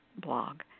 blog